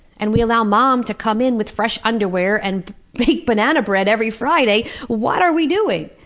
and we allow mom to come in with fresh underwear and baked banana bread every friday what are we doing?